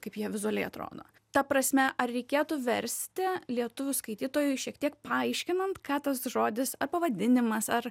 kaip jie vizualiai atrodo ta prasme ar reikėtų versti lietuvių skaitytojui šiek tiek paaiškinant ką tas žodis ar pavadinimas ar